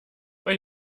bei